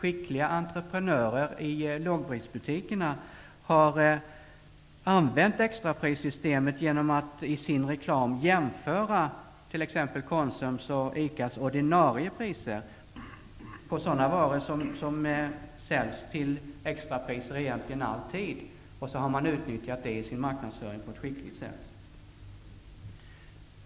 Skickliga entreprenörer i lågprisbutikerna har använt extraprissystemet genom att i sin reklam jämföra t.ex. Konsums och ICA:s ordinarie priser med priser på sådana varor som egentligen alltid säljs till extrapris. Det har man utnyttjat i sin marknadsföring på ett skickligt sätt.